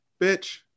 bitch